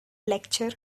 lecture